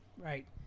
Right